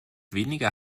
weniger